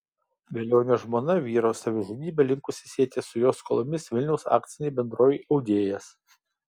velionio žmona vyro savižudybę linkusi sieti su jo skolomis vilniaus akcinei bendrovei audėjas